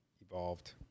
evolved